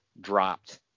dropped